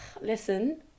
Listen